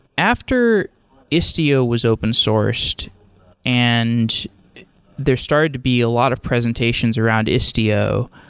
after istio was open sourced and there started to be a lot of presentations around istio,